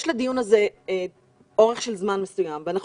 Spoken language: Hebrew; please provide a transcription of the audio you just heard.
יש לדיון הזה אורך זמן מסוים ואנחנו